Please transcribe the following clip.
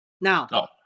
now